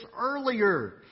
earlier